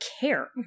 care